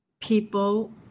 people